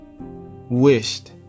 wished